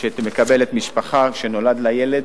שמקבלת משפחה שנולד לה ילד,